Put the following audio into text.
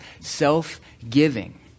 self-giving